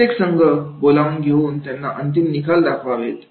प्रत्येक संघ बोलावून घेऊन त्यांना अंतिम निकाल दाखवावेत